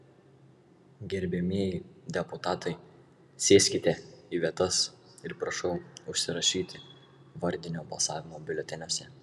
gerbiamieji deputatai sėskite į vietas ir prašau užsirašyti vardinio balsavimo biuleteniuose